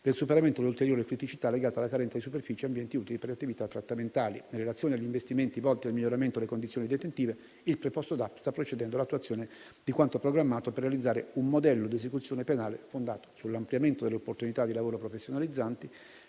il superamento dell'ulteriore criticità legata alla carenza di superfici e ambienti utili per le attività trattamentali. In relazione agli investimenti volti al miglioramento delle condizioni detentive, il preposto DAP sta procedendo all'attuazione di quanto programmato per realizzare un modello di esecuzione penale fondato sull'ampliamento delle opportunità di lavoro professionalizzanti,